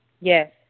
Yes